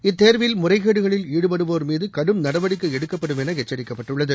இத்தேர்வில் முறைகேடுகளில் ஈடுபடுவோர் மீது கடும் நடவடிக்கை எடுக்கப்படும் என எச்சரிக்கப்பட்டுள்ளது